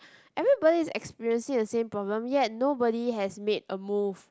everybody is experiencing the same problem yet nobody has made a move